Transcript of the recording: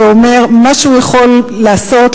ואומר שמה שהוא יכול לעשות,